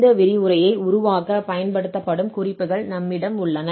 இந்த விரிவுரையைத் உருவாக்கப் பயன்படுத்தப்படும் குறிப்புகள் நம்மிடம் உள்ளன